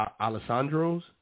Alessandro's